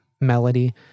melody